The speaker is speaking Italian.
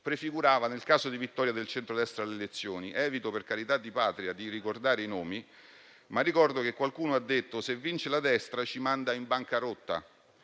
prefigurava nel caso di vittoria del centrodestra alle elezioni. Evito per carità di Patria di ricordare i nomi, ma ricordo che qualcuno aveva detto: se vince, la destra ci manda in bancarotta;